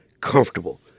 comfortable